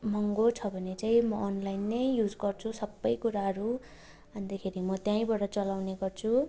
महँगो छ भने चाहिँ म अनलाइन नै युज गर्छु सबै कुराहरू अन्तखेरि म त्यहीँबाट चलाउने गर्छु